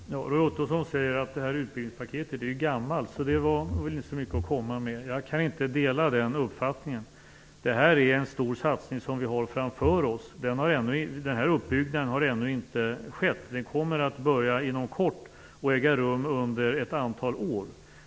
Fru talman! Roy Ottosson säger att utbildningspaketet är gammalt och inte så mycket att komma med. Jag delar inte den uppfattningen. Det är en stor satsning som vi har framför oss. Denna uppbyggnad har nämligen ännu inte skett. Arbetet börjar inom kort och kommer att äga rum under ett antal år.